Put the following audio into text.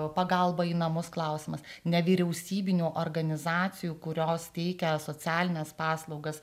pagalba į namus klausimas nevyriausybinių organizacijų kurios teikia socialines paslaugas